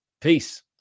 Peace